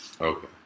Okay